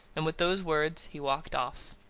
and, with those words, he walked off.